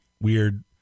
weird